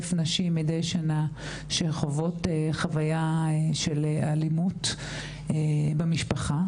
נשים מידי שנה שחוות אלימות במשפחה.